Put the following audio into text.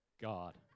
God